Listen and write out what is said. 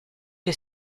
che